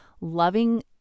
loving